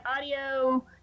audio